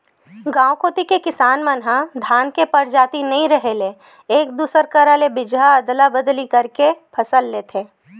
गांव कोती के किसान मन ह धान के परजाति नइ रेहे ले एक दूसर करा ले बीजहा अदला बदली करके के फसल लेथे